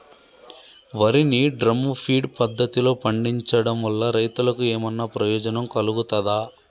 వరి ని drum feed పద్ధతిలో పండించడం వల్ల రైతులకు ఏమన్నా ప్రయోజనం కలుగుతదా?